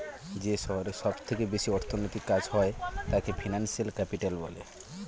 যে শহরে সব থেকে বেশি অর্থনৈতিক কাজ হয় তাকে ফিনান্সিয়াল ক্যাপিটাল বলে